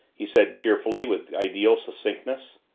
he said cheerfully with ideal succinctness.